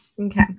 Okay